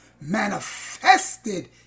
manifested